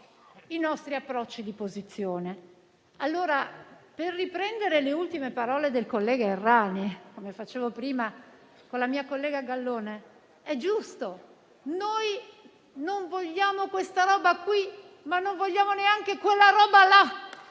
i nostri approcci di posizione. Per riprendere le ultime parole del collega Errani, come facevo prima con la mia collega Gallone, è giusto: non vogliamo questa roba qui, ma non vogliamo neanche quella roba là